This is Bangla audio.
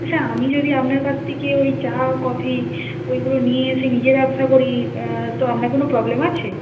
আচ্ছা আমি যদি আপনার কাছ থেকে ওই চা কফি ওইগুলো নিয়ে এসে নিজে ব্যবসা করি তো আপনার কোনো প্রবলেম আছে